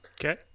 Okay